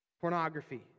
pornography